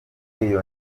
yongeye